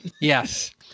yes